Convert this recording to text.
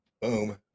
boom